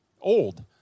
old